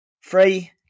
Free